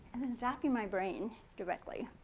zapping my brain directly.